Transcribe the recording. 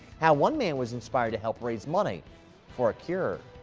how one man was inspired to help raise money for a cure.